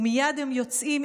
/ ומייד הם יוצאים,